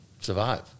survive